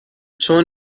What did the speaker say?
چون